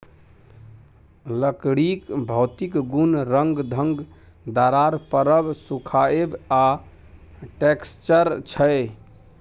लकड़ीक भौतिक गुण रंग, गंध, दरार परब, सुखाएब आ टैक्सचर छै